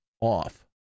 off